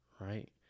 right